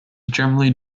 generally